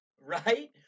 right